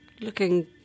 looking